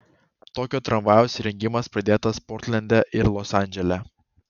tokio tramvajaus įrengimas pradėtas portlende ir los andžele